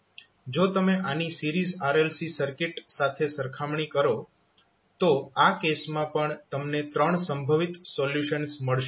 જો તમે આની સિરીઝ RLC સર્કિટ સાથે સરખામણી કરો તો આ કેસમાં પણ તમને ત્રણ સંભવિત સોલ્યુશન્સ મળશે